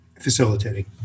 facilitating